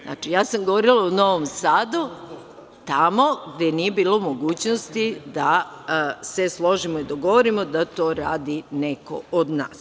Znači, ja sam govorila o Novom Sadu tamo gde nije bilo mogućnosti da se složimo i dogovorimo da to radi neko od nas.